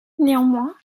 néanmoins